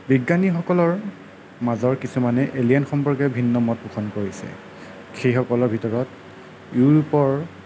বিজ্ঞানীসকলৰ মাজৰ কিছুমানে এলিয়েন সম্পৰ্কে ভিন্ন মত পোষণ কৰিছে সেইসকলৰ ভিতৰত ইউৰোপৰ